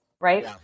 right